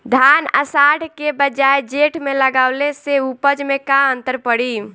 धान आषाढ़ के बजाय जेठ में लगावले से उपज में का अन्तर पड़ी?